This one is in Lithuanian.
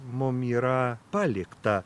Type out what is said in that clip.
mum yra palikta